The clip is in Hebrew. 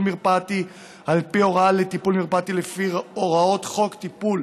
מרפאתי על פי הוראה לטיפול מרפאתי לפי הוראות חוק טיפול